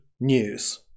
news